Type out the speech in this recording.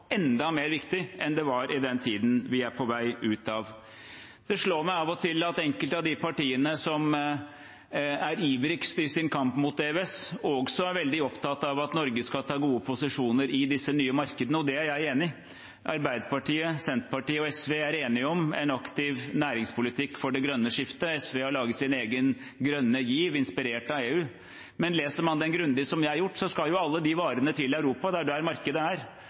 enn det var i den tiden vi er på vei ut av. Det slår meg av og til at enkelte av de partiene som er mest ivrig i sin kamp mot EØS, også er veldig opptatt av at Norge skal ta gode posisjoner i disse nye markedene. Det er jeg enig i. Arbeiderpartiet, Senterpartiet og SV er enige om en aktiv næringspolitikk for det grønne skiftet. SV har laget sin egen grønne giv, inspirert av EU. Men leser man den grundig – som jeg har gjort – skal jo alle de varene til Europa. Det er jo der markedet er.